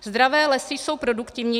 Zdravé lesy jsou produktivnější.